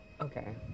Okay